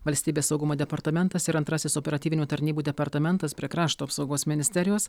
valstybės saugumo departamentas ir antrasis operatyvinių tarnybų departamentas prie krašto apsaugos ministerijos